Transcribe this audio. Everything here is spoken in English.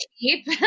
cheap